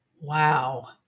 wow